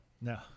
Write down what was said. No